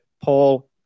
Paul